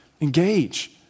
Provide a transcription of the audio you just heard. Engage